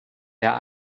der